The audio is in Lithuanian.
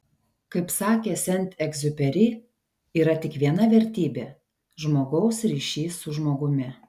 kaip sakė sent egziuperi yra tik viena vertybė žmogaus ryšys su žmogumi